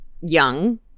Young